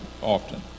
often